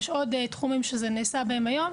יש עוד תחומים שזה נעשה בהם היום,